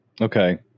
Okay